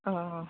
औ